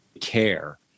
care